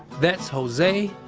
that's jose,